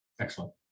Excellent